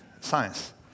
science